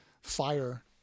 fire